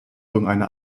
irgendeine